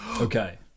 Okay